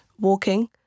walking